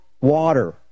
water